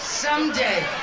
Someday